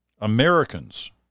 Americans